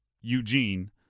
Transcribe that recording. Eugene